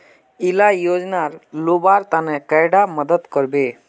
इला योजनार लुबार तने कैडा मदद करबे?